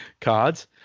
cards